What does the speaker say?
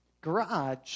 garage